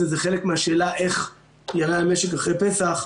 וזה חלק מהשאלה איך ייראה המשק אחרי הפסח,